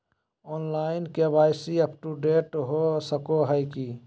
Online KYC update हो सको है की?